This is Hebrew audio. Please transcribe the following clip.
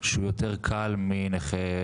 אני באמת מבקש ממכם,